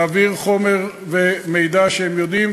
להעביר חומר ומידע שהם יודעים,